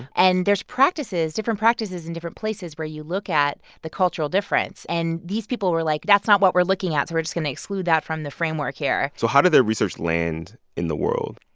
and there's practices different practices in different places where you look at the cultural difference. and these people were like, that's not what we're looking at, so we're just going to exclude that from the framework here so how did their research land in the world?